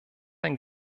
ein